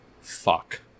fuck